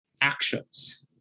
actions